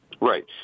Right